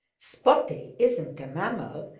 spotty isn't a mammal,